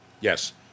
Yes